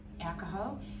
alcohol